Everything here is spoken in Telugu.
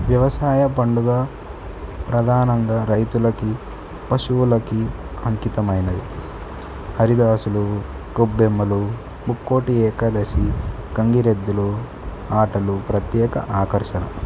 వ్యవసాయ పండుగ ప్రధానంగా రైతులకి పశువులకి అంకితమైనది హరిదాసులు కొబ్బెమ్మలు బుక్కకోటి ఏకదశి గంగిరెద్దులు ఆటలు ప్రత్యేక ఆకర్షణ